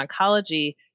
oncology